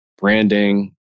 branding